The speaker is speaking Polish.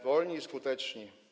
Wolni i Skuteczni.